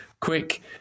quick